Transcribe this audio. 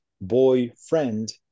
boyfriend